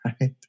right